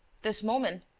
this moment,